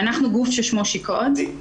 אנחנו גוף ששמו she coeds,